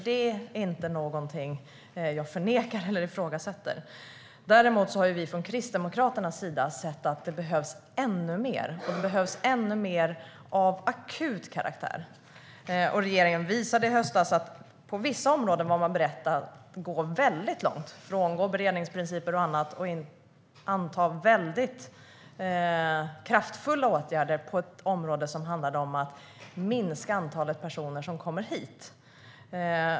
Det är inget jag förnekar eller ifrågasätter. Däremot har vi kristdemokrater sett att det behövs ännu mer och av akut karaktär. Regeringen visade i höstas att man var beredd att gå väldigt långt och frångå beredningsprinciper och annat och anta kraftfulla åtgärder när det handlade om att minska antalet personer som kommer hit.